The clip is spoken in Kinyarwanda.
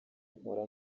mpora